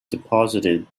deposited